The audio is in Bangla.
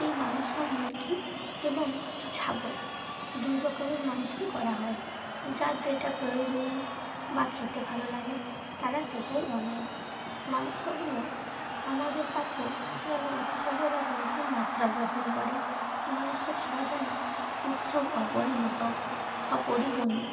এই মাংস মুরগি এবং ছাগল দুই রকমের মাংসই করা হয় যার যেটা প্রয়োজনীয় বা খেতে ভালো লাগে তারা সেটাই বানায় মাংসগুলো আমাদের কাছে যেন উৎসবের এক নতুন মাত্রা বহন করে মাংস ছাড়া যেন উৎসব অপরিণত অপরিপূর্ণ